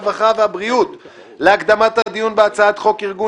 הרווחה והבריאות להקדמת הדיון בהצעת חוק ארגון